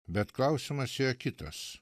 bet klausimas yra kitas